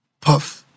Puff